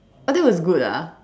oh that was good ah